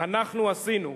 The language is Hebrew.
אנחנו עשינו.